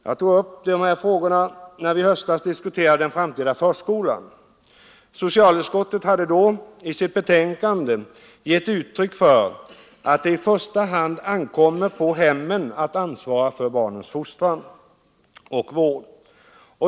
Jag tog upp dessa frågor när vi i höstas diskuterade den framtida förskolan. Socialutskottet hade då i sitt betänkande gett uttryck för att det i första hand ankommer på hemmen att ansvara för barnens fostran och vård.